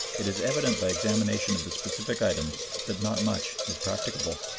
it is evident by examination of the specific items that not much is practicable.